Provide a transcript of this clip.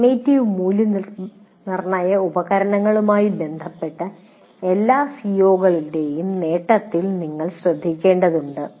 summative മൂല്യനിർണ്ണയ ഉപകരണങ്ങളുമായി ബന്ധപ്പെട്ട് എല്ലാ സിഒകളുടെയും നേട്ടത്തിൽ നിങ്ങൾ ശ്രദ്ധിക്കേണ്ടതുണ്ട്